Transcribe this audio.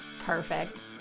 Perfect